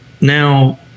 now